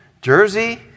Jersey